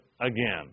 again